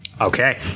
okay